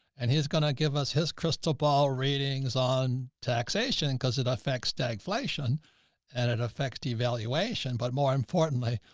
and he's going to give us his crystal ball ratings on taxation and cause it affects stagflation and it affects the valuation. but more importantly,